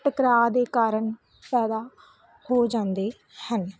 ਟਕਰਾਅ ਦੇ ਕਾਰਨ ਪੈਦਾ ਹੋ ਜਾਂਦੇ ਹਨ